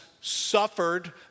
suffered